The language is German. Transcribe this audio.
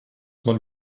man